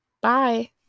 Bye